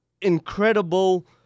incredible